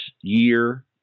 year